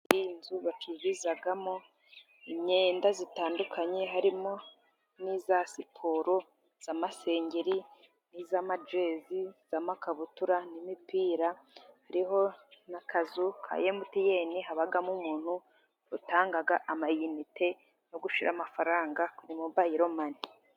Muri iyi nzu bacururizamo imyenda itandukanye harimo: n'iya siporo, iyamasengeri n'iy'amajezi, iy'amakabutura n'imipira, jariho n'akazu ka emutiyeni, habamo umuntu utanga amayinite no gushyira amafaranga kuri mobire mani.